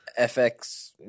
FX